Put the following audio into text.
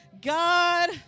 God